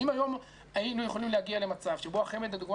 אם היום היינו יכולים להגיע למצב שבו החמ"ד לדוגמה